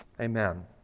Amen